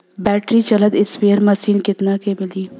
Battery चलत sprayer machine कितना क मिली?